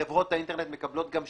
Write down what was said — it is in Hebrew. חברות האינטרנט מקבלות גם שיפוי,